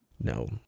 No